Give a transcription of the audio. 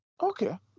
Okay